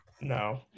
No